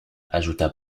ajouta